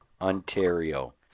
Ontario